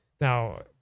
Now